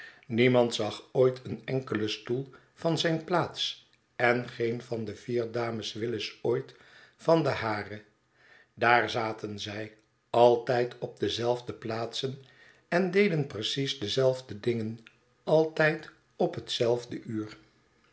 niemand zag ooit een enkelen stoel van zijn plaats engeen van de vier dames willis ooit van de hare daar zaten zij altijd op dezelfde plaatsen en deden precies dezelfde dingen altijd op hetzelfde uur